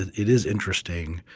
it is interesting